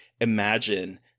imagine